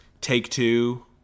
Take-Two –